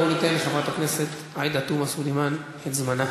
בואו ניתן לחברת הכנסת עאידה תומא סלימאן את זמנה.